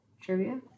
Trivia